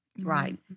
Right